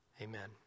Amen